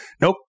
Nope